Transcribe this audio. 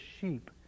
sheep